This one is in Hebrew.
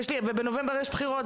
ובנובמבר יש בחירות.